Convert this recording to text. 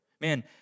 Man